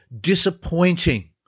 disappointing